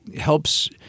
helps